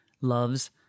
loves